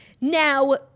Now